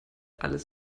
alles